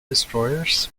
destroyers